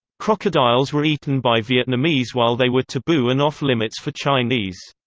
crocodiles were eaten by vietnamese while they were taboo and off limits for chinese.